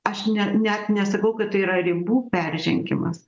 aš ne net nesakau kad tai yra ribų peržengimas